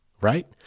right